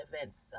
events